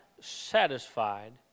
satisfied